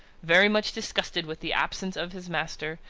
very much disgusted with the absence of his master,